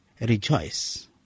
rejoice